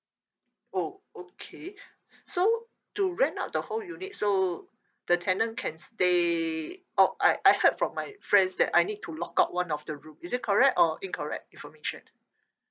oh okay so to rent out the whole unit so the tenant can stay oh I I heard from my friends that I need to lock out one of the room is it correct or incorrect information